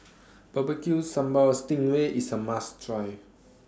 Barbecue Sambal Sting Ray IS A must Try